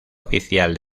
oficial